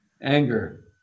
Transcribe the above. Anger